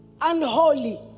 unholy